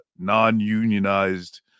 Non-unionized